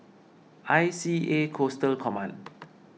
I C A Coastal Command